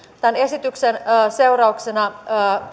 tämän esityksen seurauksena